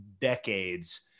decades